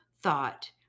thought